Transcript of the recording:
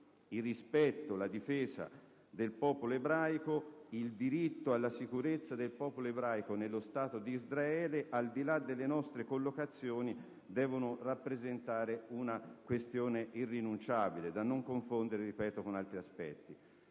il rispetto, la difesa del popolo ebraico, il diritto alla sicurezza del popolo ebraico nello Stato d'Israele, al di là delle nostre collocazioni, devono rappresentare una questione irrinunciabile, da non confondere - ripeto - con altri aspetti.